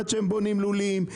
עד שהם בונים לולים,